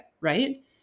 Right